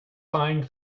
find